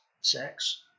sex